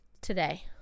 today